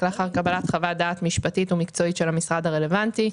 לאחר קבלת חוות דעת משפטית או מקצועית של המשרד הרלוונטי.